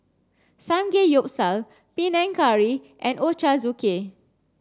Samgeyopsal Panang Curry and Ochazuke